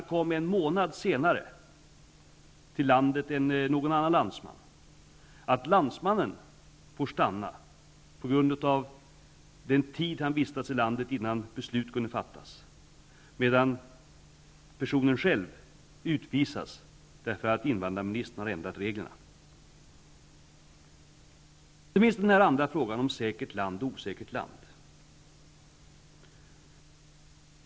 En person som har kommit till Sverige en månad efter en av sina landsmän kan bli utvisad eftersom invandrarministern nu har ändrat reglerna, medan den som kom tidigare får stanna på grund av den tid han vistas i landet innan beslut kunde fattas. Det finns yterligare en fråga om säkert land och osäkert land.